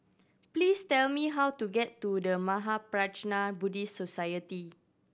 please tell me how to get to The Mahaprajna Buddhist Society